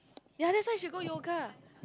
ya that's why should go yoga